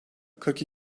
kırk